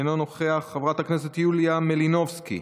אינו נוכח, חברת הכנסת יוליה מלינובסקי,